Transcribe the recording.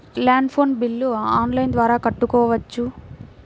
Land phone bill online ద్వారా కట్టుకోవచ్చు?